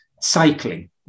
cycling